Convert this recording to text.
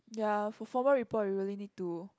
ya for formal report you really need to